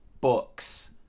books